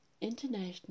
International